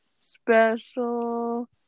special